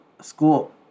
school